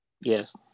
Yes